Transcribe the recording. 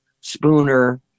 spooner